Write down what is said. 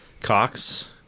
cox